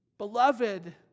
Beloved